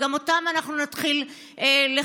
שגם אותם אנחנו נתחיל לחפש.